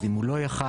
אם הוא לא יכול,